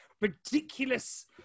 ridiculous